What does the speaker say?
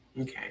Okay